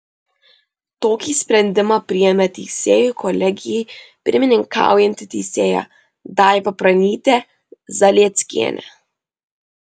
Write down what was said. tokį sprendimą priėmė teisėjų kolegijai pirmininkaujanti teisėja daiva pranytė zalieckienė